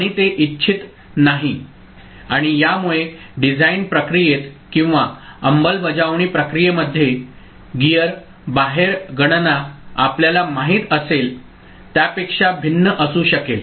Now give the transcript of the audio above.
आणि ते इच्छित नाही आणि यामुळे डिझाइन प्रक्रियेत किंवा अंमलबजावणी प्रक्रियेमध्ये गियर बाहेर गणना आपल्याला माहित असेल त्यापेक्षा भिन्न असू शकेल